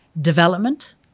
development